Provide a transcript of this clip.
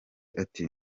ati